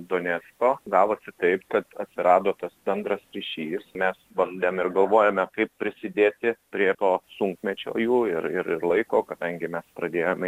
donecko gavosi taip kad atsirado tas bendras ryšys mes bandėm ir galvojame kaip prisidėti prie to sunkmečio jų ir ir ir laiko kadangi mes pradėjome